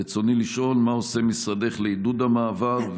רצוני לשאול: 1. מה עושה משרדך לעידוד המעבר?